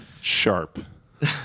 Sharp